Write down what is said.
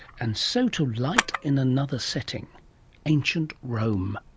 and so to light in another setting ancient rome.